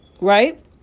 right